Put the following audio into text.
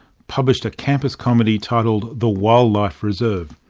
published a campus comedy titled the wildlife reserve.